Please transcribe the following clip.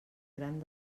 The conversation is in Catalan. gran